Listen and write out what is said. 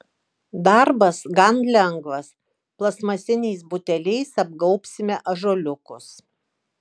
darbas gan lengvas plastmasiniais buteliais apgaubsime ąžuoliukus